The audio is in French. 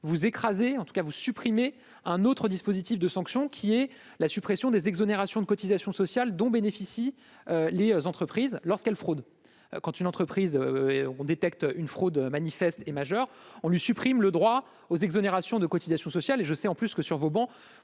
vous écraser en tout cas vous supprimez un autre dispositif de sanctions qui est la suppression des exonérations de cotisations sociales dont bénéficient les entreprises lorsqu'elles fraude quand une entreprise on détecte une fraude manifeste est majeur, on lui supprime le droit aux exonérations de cotisations sociales et je sais en plus que sur vos bancs,